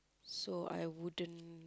so I wouldn't